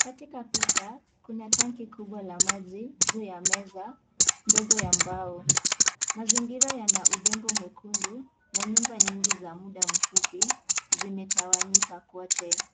Katika picha kuna tanki kubwa la maji juu ya meza ndogo ya mbao. Mazingira yana udongo mwekundu na nyumba nyingi za muda mfupi zimetawanyika kwote.